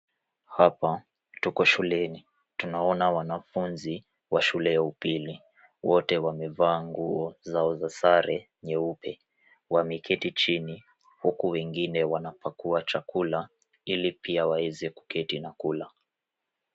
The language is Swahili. Hapa tuko shuleni. Tunaona wanafunzi wa shule ya upili. Wote wamevaa nguo zao za sare, nyeupe. Wameketi chini huku wengine wanapakua chakula, ili pia waeze kuketi na kula.